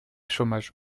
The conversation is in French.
chômage